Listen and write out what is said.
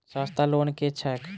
सस्ता लोन केँ छैक